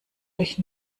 durch